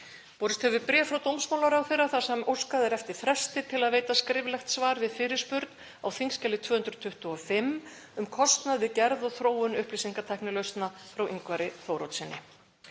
Borist hefur bréf frá dómsmálaráðherra þar sem óskað er eftir fresti til þess að veita skriflegt svar við fyrirspurn á þskj. 225, um kostnað við gerð og þróun upplýsingatæknilausna, frá Ingvari Þóroddssyni.